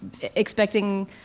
expecting